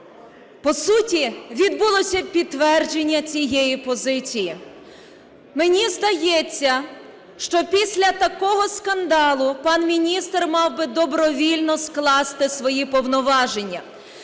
по суті відбулося підтвердження цієї позиції. Мені здається, що після такого скандалу пан міністр мав би добровільно скласти свої повноваження,